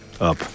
up